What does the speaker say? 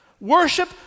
Worship